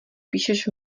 píšeš